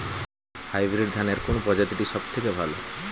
Hybrid ধানের কোন প্রজীতিটি সবথেকে ভালো?